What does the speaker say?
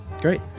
Great